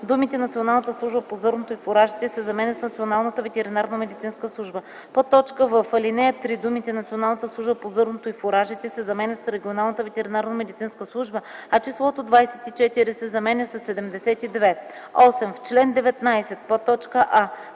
думите „Националната служба по зърното и фуражите” се заменят с „Националната ветеринарномедицинска служба”; в) в ал. 3 думите „Националната служба по зърното и фуражите” се заменят с „регионалната ветеринарномедицинска служба”, а числото „24” се заменя със „72”. 8. В чл. 19: а) в ал.